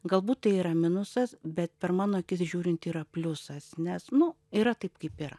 galbūt tai yra minusas bet per mano akis žiūrint yra pliusas nes nu yra taip kaip yra